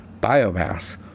biomass